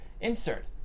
Insert